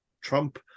Trump